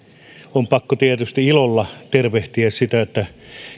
on pakko tietysti ilolla tervehtiä sitä että